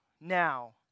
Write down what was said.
now